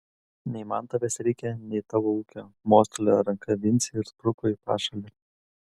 nei man tavęs reikia nei tavo ūkio mostelėjo ranka vincė ir spruko į pašalį